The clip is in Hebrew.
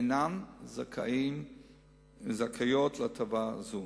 אינן זכאיות להטבה זו.